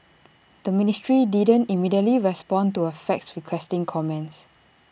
the ministry didn't immediately respond to A fax requesting comments